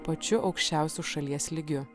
pačiu aukščiausiu šalies lygiu